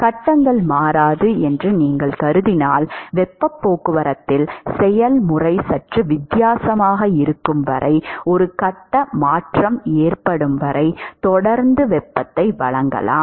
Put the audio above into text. கட்டங்கள் மாறாது என்று நீங்கள் கருதினால் வெப்பப் போக்குவரத்தில் செயல்முறை சற்று வித்தியாசமாக இருக்கும் வரை ஒரு கட்ட மாற்றம் ஏற்படும் வரை தொடர்ந்து வெப்பத்தை வழங்கலாம்